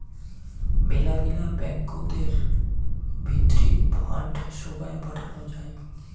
মেলাগিলা ব্যাঙ্কতের ভিতরি ফান্ড সোগায় পাঠানো যাই